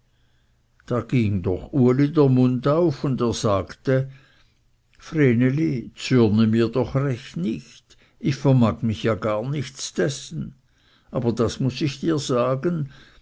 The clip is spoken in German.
da ging doch uli der mund auf und er sagte vreneli zürne mir doch recht nicht ich vermag mich ja gar nichts dessen aber das muß ich dir sagen